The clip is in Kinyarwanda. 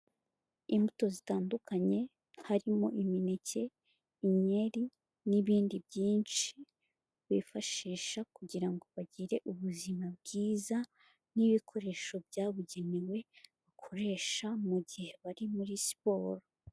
Imbuto zitandukanye harimo imineke, inyeri, n'ibindi byinshi bifashisha kugira ngo bagire ubuzima bwiza, n'ibikoresho byabugenewe bakoresha mu gihe bari muri siporo.